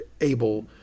able